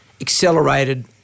accelerated